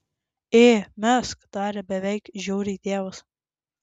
ė mesk tarė beveik žiauriai tėvas